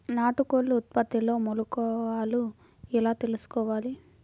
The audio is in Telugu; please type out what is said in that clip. నాటుకోళ్ల ఉత్పత్తిలో మెలుకువలు ఎలా తెలుసుకోవాలి?